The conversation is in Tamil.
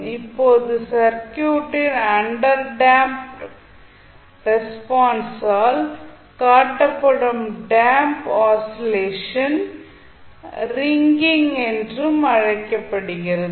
இப்போது சர்க்யூட்டின் அண்டர் டேம்ப்ட் ரெஸ்பான்சால் காட்டப் படும் டேம்ப்ட் ஆஸிலேஷன் ரிங்கிங் என்றும் அழைக்கப்படுகிறது